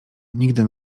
nigdy